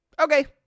okay